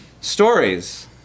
Stories